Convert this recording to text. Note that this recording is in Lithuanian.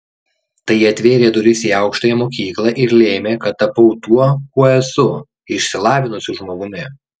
tai atvėrė duris į aukštąją mokyklą ir lėmė kad tapau tuo kuo esu išsilavinusiu žmogumi